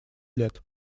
лет